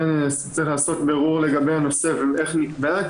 כן צריך לעשות בירור לגבי הנושא ואיך היא נקבעה.